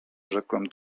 rzekłem